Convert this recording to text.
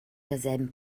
derselben